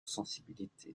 sensibilité